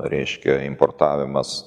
reiškia importavimas